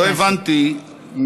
לא הבנתי,